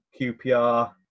QPR